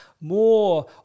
more